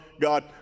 god